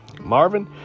Marvin